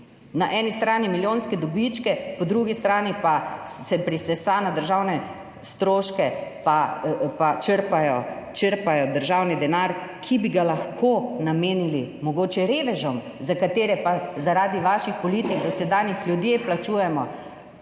na eni strani milijonske dobičke, po drugi strani pa se prisesa na državne stroške in črpa državni denar, ki bi ga mogoče lahko namenili revežem, za katere pa zaradi vaših dosedanjih politik ljudje plačujemo,